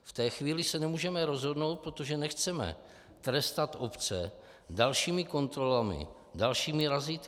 V té chvíli se nemůžeme rozhodnout, protože nechceme trestat obce dalšími kontrolami, dalšími razítky.